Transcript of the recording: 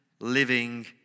living